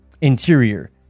Interior